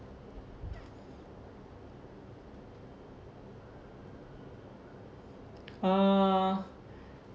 uh